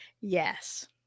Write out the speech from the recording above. yes